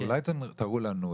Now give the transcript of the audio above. אולי תראו לנו,